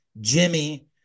Jimmy